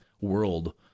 world